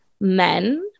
men